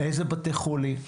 איזה בתי חולים?